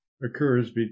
occurs